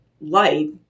light